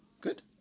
good